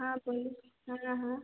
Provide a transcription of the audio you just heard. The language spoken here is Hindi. हाँ वही हाँ हाँ